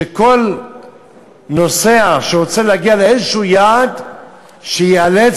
שכל נוסע שרוצה להגיע ליעד כלשהו ייאלץ